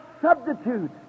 substitute